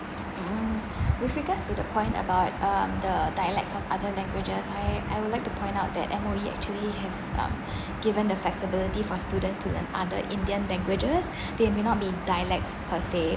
mm with regards to the point about um the dialects of other languages I I would like to point out that M_O_E actually has um given the flexibility for students to learn other indian languages there may not be dialects per say